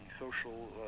social